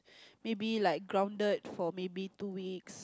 maybe like grounded for maybe two weeks